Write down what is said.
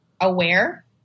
Aware